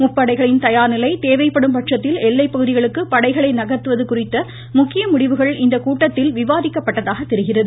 முப்படைகளின் தயார் நிலை தேவைப்படும் பட்சத்தில் எல்லைப்பகுதிகளுக்கு படைகளை நகர்த்துவது குறித்த இக்கூட்டத்தில் விவாதிக்கப்பட்டதாக தெரிகிறது